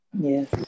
Yes